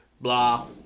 blah